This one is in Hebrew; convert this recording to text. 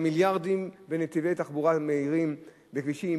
מיליארדים בנתיבי תחבורה מהירים בכבישים,